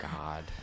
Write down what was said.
God